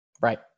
Right